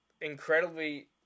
incredibly